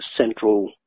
central